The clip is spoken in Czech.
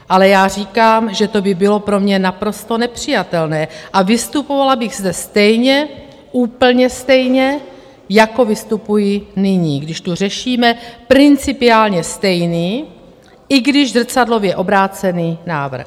Ale já říkám, že to by bylo pro mě naprosto nepřijatelné a vystupovala bych zde stejně, úplně stejně, jako vystupuji nyní, když tu řešíme principiálně stejný, i když zrcadlově obrácený návrh.